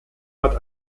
hat